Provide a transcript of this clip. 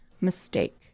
mistake